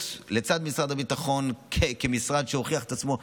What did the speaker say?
לצד משרד הביטחון כמשרד שהוכיח את עצמו,